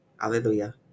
Alleluia